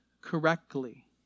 correctly